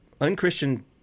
unchristian